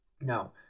Now